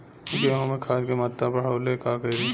गेहूं में खाद के मात्रा बढ़ावेला का करी?